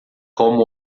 como